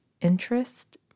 interest